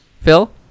Phil